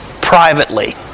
privately